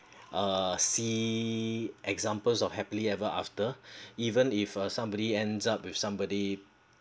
uh see examples of happily ever after even if uh somebody ends up with somebody